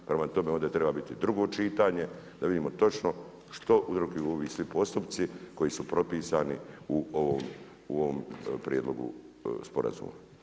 Prema tome ovdje treba biti drugo čitanje, da vidimo točno što uzrokuju ovi svi postupci koji su propisani u ovom prijedlogu sporazuma.